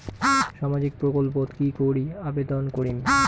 সামাজিক প্রকল্পত কি করি আবেদন করিম?